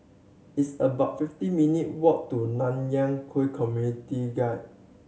it's about fifty minute walk to Nanyang Khek Community Guild